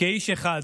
כאיש אחד